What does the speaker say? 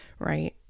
right